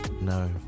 No